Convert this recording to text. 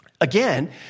Again